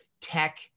tech